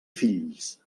fills